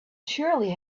surely